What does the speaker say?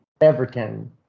everton